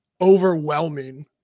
overwhelming